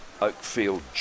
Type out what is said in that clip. Oakfield